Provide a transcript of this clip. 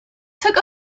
took